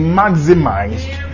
maximized